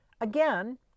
Again